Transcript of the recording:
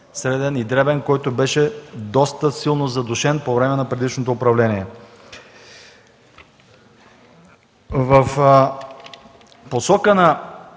среден и дребен, който беше доста силно задушен по време на предишното управление. Смятам,